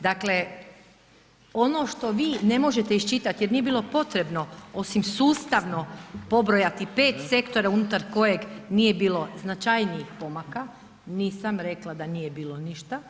Dakle ono što vi ne možete iščitati jer nije bilo potrebno osim sustavno pobrojati pet sektora unutar kojeg nije bilo značajnih pomaka, nisam rekla da nije bilo ništa.